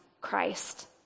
Christ